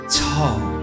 tall